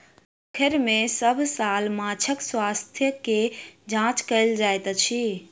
पोखैर में सभ साल माँछक स्वास्थ्य के जांच कएल जाइत अछि